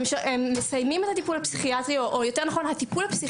הם מסיימים את הטיפול הפסיכיאטרי או יותר נכון הטיפול